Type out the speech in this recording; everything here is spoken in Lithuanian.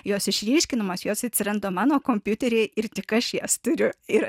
jos išryškinamos jos atsiranda mano kompiuteryje ir tik aš jas turiu ir